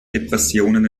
depressionen